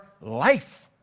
life